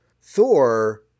Thor